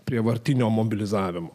prievartinio mobilizavimo